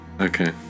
Okay